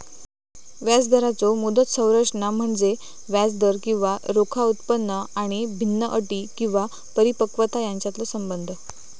व्याजदराचो मुदत संरचना म्हणजे व्याजदर किंवा रोखा उत्पन्न आणि भिन्न अटी किंवा परिपक्वता यांच्यातलो संबंध